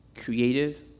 creative